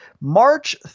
March